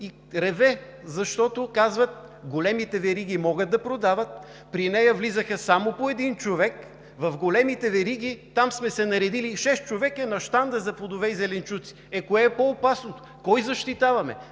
и реве, защото казва: „Големите вериги могат да продават...“ При нея влизаха само по един човек, в големите вериги сме се наредили шест човека на щанда за плодове и зеленчуци. Кое е по-опасното? Кого защитаваме